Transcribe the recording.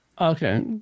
Okay